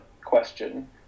question